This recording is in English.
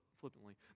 flippantly